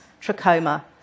trachoma